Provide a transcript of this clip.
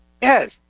Yes